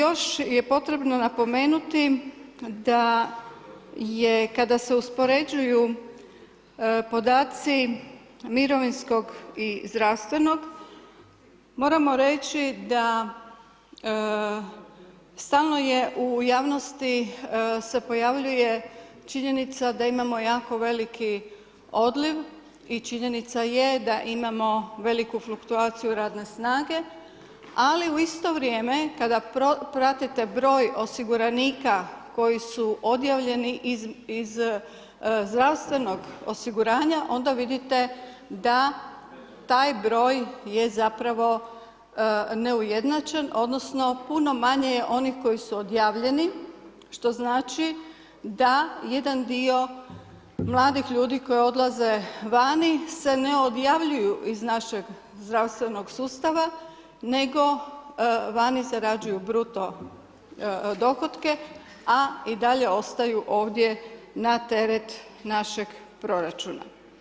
Ono što još je potrebno napomenuti, da je kada se uspoređuju podaci mirovinskog i zdravstvenog, moramo reći da stalno je u javnosti se pojavljuje činjenica da imamo jako veliki odliv i činjenica je da imamo veliku fluktuaciju radne snage, ali u isto vrijeme, kada pratite broj osiguranika, koji su odjavljeni iz zdravstvenog osiguranja, onda vidite da taj broj je zapravo neujednačen, odnosno puno manje je onih koji su odjavljeni, što znači da jedan dio mladih ljudi koji odlaze vani se ne odjavljuju iz našeg zdravstvenog sustava, nego vani zarađuju bruto dohotke, a i dalje ostaju ovdje na teret našeg proračuna.